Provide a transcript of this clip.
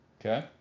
Okay